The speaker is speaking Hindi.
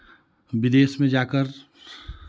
विदेश में जाकर